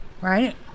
Right